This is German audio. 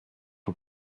von